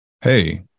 Hey